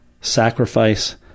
sacrifice